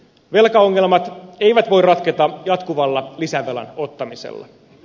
velkaongelmat eivät voi ratketa jatkuvalla lisävelan ottamisella